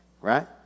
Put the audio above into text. Right